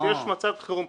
כשיש מצב חירום,